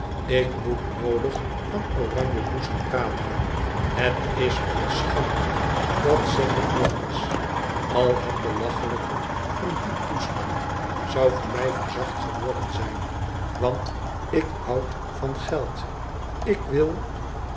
ik moet noodig van oranjebloesem praten het is eene schande dat zeg ik nog eens al het belachelijke van dien toestand zou voor mij verzacht geworden zijn want ik houd van geld ik wil